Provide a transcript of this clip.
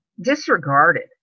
disregarded